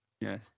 Yes